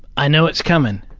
i know it's coming.